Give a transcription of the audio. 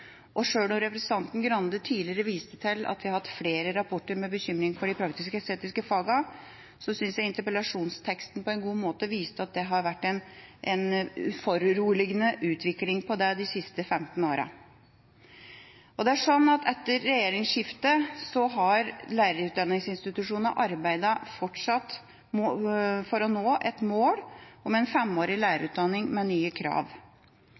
Og sjøl om representanten Skei Grande i forrige interpellasjonsdebatt viste til at vi har hatt flere rapporter med bekymring for de praktisk-estetiske fagene, synes jeg interpellasjonsteksten på en god måte viste at det har vært en foruroligende utvikling på det området de siste 15 årene. Etter regjeringsskiftet har lærerutdanningsinstitusjonene fortsatt arbeidet for å nå et mål om en femårig lærerutdanning med nye krav.